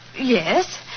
Yes